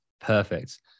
perfect